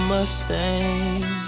Mustang